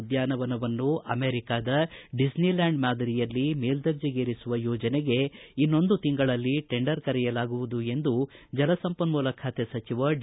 ಉದ್ಯಾನವನ್ನು ಅಮೆರಿಕದ ಡಿಸ್ನಿಲ್ಯಾಂಡ್ ಮಾದರಿಯಲ್ಲಿ ಮೇಲ್ವರ್ಣೆಗೇರಿಸುವ ಯೋಜನೆಗೆ ಇನ್ನೊಂದು ತಿಂಗಳಲ್ಲಿ ಟೆಂಡರ್ ಕರೆಯಲಾಗುವುದು ಎಂದು ಜಲ ಸಂಪನ್ಮೂಲ ಖಾತೆ ಸಚಿವ ಡಿ